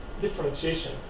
differentiation